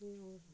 होर